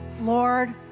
Lord